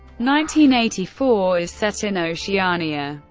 nineteen eighty-four is set in oceania,